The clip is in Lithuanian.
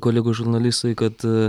kolegos žurnalistai kad